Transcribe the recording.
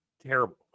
terrible